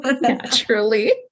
Naturally